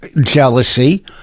jealousy